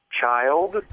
child